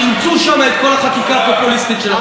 ששם אימצו את כל החקיקה הפופוליסטית שלכם.